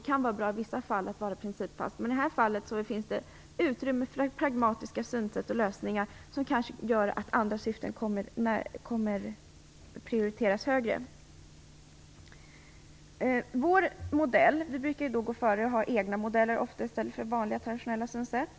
Det kan vara bra att vara principfast i vissa fall, men i det här fallet finns det utrymme för sådana pragmatiska synsätt och lösningar som kanske gör att andra syften prioriteras högre. Vi har ofta egna modeller i stället för vanliga traditionella synsätt.